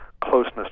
closeness